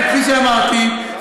כפי שאמרתי,